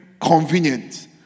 convenient